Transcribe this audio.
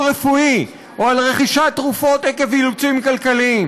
רפואי או על רכישת תרופות עקב אילוצים כלכליים.